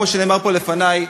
כמו שנאמר פה לפני,